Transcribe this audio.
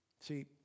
See